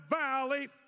valley